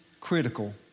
critical